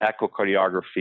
echocardiography